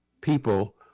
people